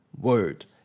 word